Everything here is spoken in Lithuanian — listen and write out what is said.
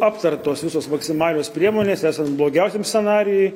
aptartos visos maksimalios priemonės esant blogiausiam scenarijui